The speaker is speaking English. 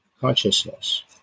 consciousness